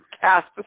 cast